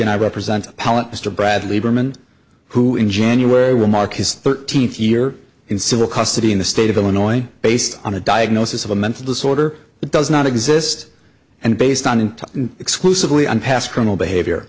and i represent mr bradley berman who in january will mark his thirteenth year in civil cost city in the state of illinois based on a diagnosis of a mental disorder that does not exist and based on into exclusively on past criminal behavior